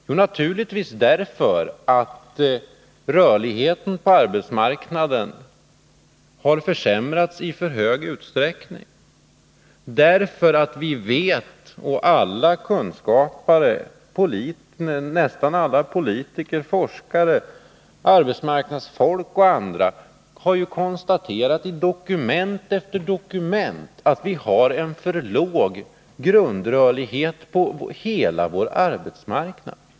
Jo, naturligtvis därför att rörligheten på arbetsmarknaden har försämrats i stor utsträckning. Nästan alla politiker, forskare, arbetsmarknadsfolk och andra har i dokument efter dokument konstaterat att vi har en för låg grundrörlighet på hela vår arbetsmarknad.